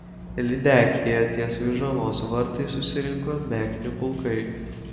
lydekyje ties vyžuonos vartais susirinko meknių pulkai